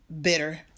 bitter